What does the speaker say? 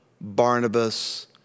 Barnabas